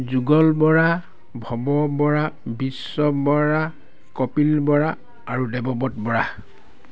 যুগল বৰা ভৱ বৰা বিশ্ব বৰা কপিল বৰা আৰু দেৱব্ৰত বৰা